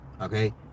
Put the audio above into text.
okay